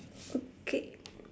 okay